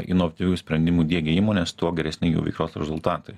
inovatyvių sprendimų diegia įmonės tuo geresni jų veiklos rezultatai